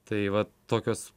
tai vat tokios